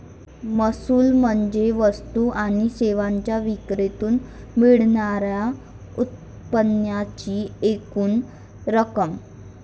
महसूल म्हणजे वस्तू आणि सेवांच्या विक्रीतून मिळणार्या उत्पन्नाची एकूण रक्कम